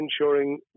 ensuring